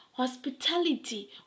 Hospitality